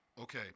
Okay